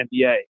NBA